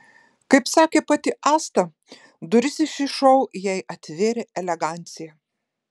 kaip sakė pati asta duris į šį šou jai atvėrė elegancija